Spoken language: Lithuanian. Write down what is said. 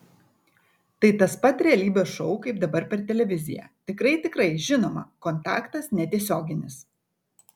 tai tas pat realybės šou kaip dabar per televiziją tikrai tikrai žinoma kontaktas netiesioginis